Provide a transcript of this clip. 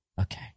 Okay